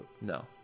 No